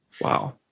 Wow